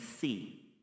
see